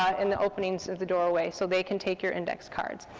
in the openings of the doorways, so they can take your index cards.